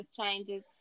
changes